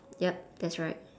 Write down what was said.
yup that's right